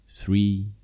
three